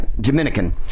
Dominican